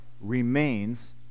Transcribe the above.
remains